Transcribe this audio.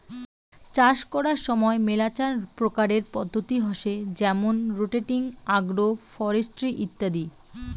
চাষ করার সময় মেলাচান প্রকারের পদ্ধতি হসে যেমন রোটেটিং, আগ্রো ফরেস্ট্রি ইত্যাদি